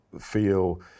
feel